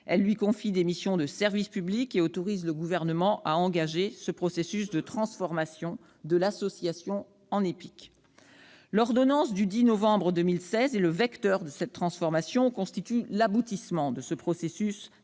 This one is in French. loi lui confie des missions de service public et autorise le Gouvernement à engager le processus de transformation de l'association en EPIC. L'ordonnance du 10 novembre 2016, vecteur de cette transformation, constitue l'aboutissement du processus